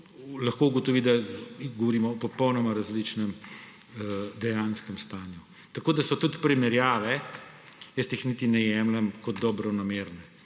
lahko ugotovi, da govorimo o popolnoma različnem dejanskem stanju. Tako da primerjav jaz niti ne jemljem kot dobronamerne.